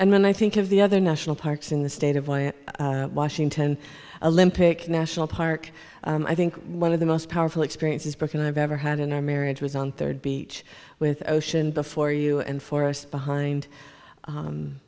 and then i think of the other national parks in the state of iowa washington a limb pick national park i think one of the most powerful experiences broken i've ever had in our marriage was on third beach with ocean before you and forest behind